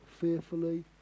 fearfully